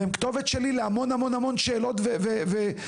והם כתובת שלי להמון המון שאלות ומענות.